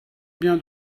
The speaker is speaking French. bien